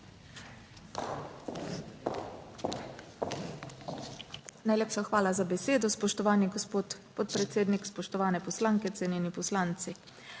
Najlepša hvala za besedo. Spoštovana gospa podpredsednica, spoštovane poslanke, cenjeni poslanci!